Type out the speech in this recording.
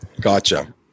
Gotcha